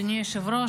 אדוני היושב-ראש,